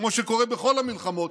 כמו שקורה בכל המלחמות,